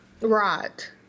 Right